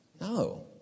no